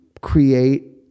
create